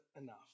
enough